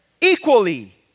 equally